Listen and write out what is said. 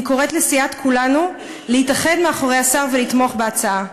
אני קוראת לסיעת כולנו להתאחד מאחורי השר ולתמוך בהצעה.